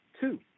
two